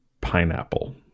Pineapple